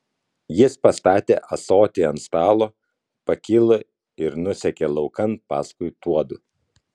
jis pastatė ąsotį ant stalo pakilo ir nusekė laukan paskui tuodu